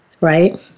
right